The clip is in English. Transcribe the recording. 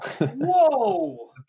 Whoa